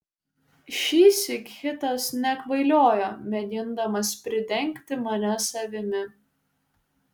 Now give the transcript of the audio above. šįsyk hitas nekvailiojo mėgindamas pridengti mane savimi